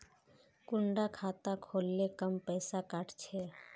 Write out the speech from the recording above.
कुंडा खाता खोल ले कम पैसा काट छे?